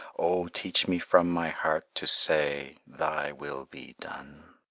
oh, teach me from my heart to say, thy will be done!